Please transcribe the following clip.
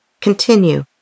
continue